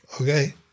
Okay